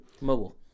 Mobile